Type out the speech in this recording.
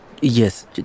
yes